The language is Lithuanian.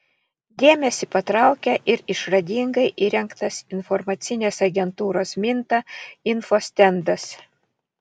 dėmesį patraukia ir išradingai įrengtas informacinės agentūros minta info stendas